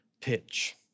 pitch